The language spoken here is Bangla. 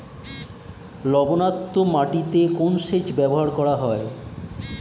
লবণাক্ত মাটিতে কোন সেচ ব্যবহার করা হয়?